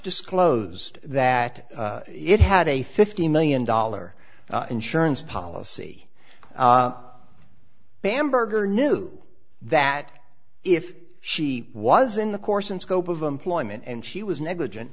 disclosed that it had a fifty million dollar insurance policy bamberger knew that if she was in the course and scope of employment and she was negligent